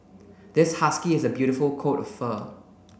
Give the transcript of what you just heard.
this husky has a beautiful coat of fur